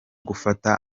gufata